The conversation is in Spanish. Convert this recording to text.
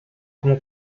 como